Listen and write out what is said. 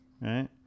Right